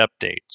updates